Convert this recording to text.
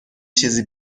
چیزی